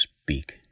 speak